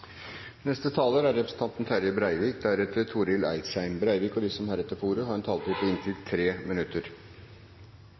neste valg, eller om de er fornøyde med utviklingen. De talere som heretter får ordet, har en taletid på inntil 3 minutter.